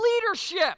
leadership